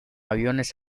aviones